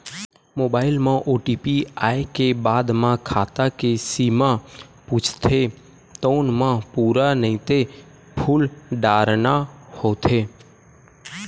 mobile म OTP आए के बाद म खाता के सीमा पूछथे तउन म पूरा नइते फूल डारना होथे